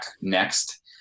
next